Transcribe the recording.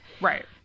Right